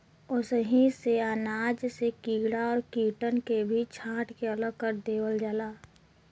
ओसैनी से अनाज से कीड़ा और कीटन के भी छांट के अलग कर देवल जाला